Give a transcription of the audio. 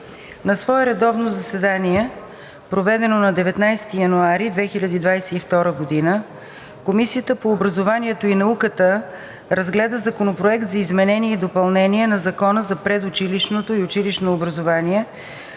На свое редовно заседание, проведено на 19 януари 2022 г., Комисията по образованието и науката разгледа Законопроект за изменение и допълнение на Закона за предучилищното и училищното образование,